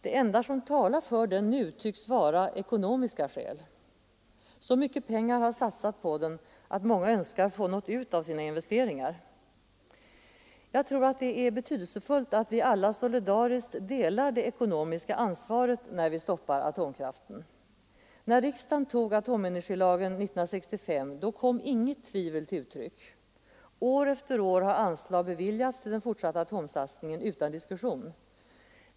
Det enda som talar för den nu tycks vara ekonomiska skäl. Så mycket pengar har satsats på den, att många önskar få något ut av sina investeringar. Jag tror att det är betydelsefullt att vi alla solidariskt delar det ekonomiska ansvaret då vi stoppar atomkraften. När riksdagen antog atomenergilagen 1965 kom inget tvivel till uttryck. År efter år har anslag beviljats till den fortsatta atomsatsningen utan diskussion.